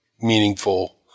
meaningful